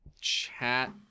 chat